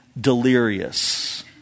delirious